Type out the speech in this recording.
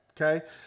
okay